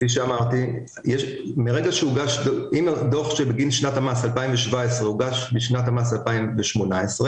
אם הדוח בגין שנת המס 2017 הוגש בשנת המס 2018,